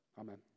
Amen